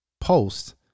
post